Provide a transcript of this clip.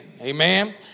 Amen